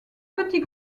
petit